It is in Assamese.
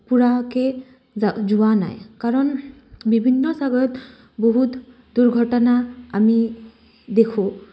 পুৰাকে যোৱা নাই কাৰণ বিভিন্ন জাগাত বহুত দুৰ্ঘটনা আমি দেখোঁ